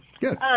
Good